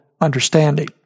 understanding